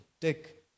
take